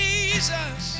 Jesus